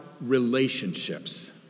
relationships